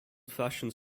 fashioned